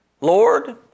Lord